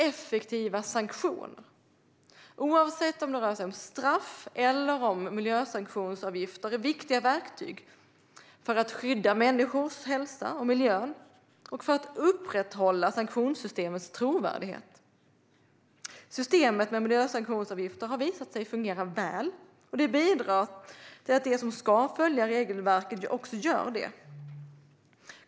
Effektiva sanktioner, oavsett om det rör sig om straff eller miljösanktionsavgifter, är viktiga verktyg för att skydda människors hälsa och miljön och för att upprätthålla sanktionssystemens trovärdighet. Systemet med miljösanktionsavgifter har visat sig fungera väl, och det bidrar till att de som ska följa regelverken också gör det.